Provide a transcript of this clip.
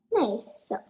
Nice